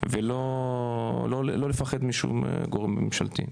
ולא לפחד משום גורם ממשלתי.